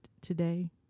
today